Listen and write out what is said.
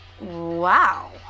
Wow